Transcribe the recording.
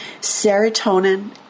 serotonin